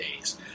days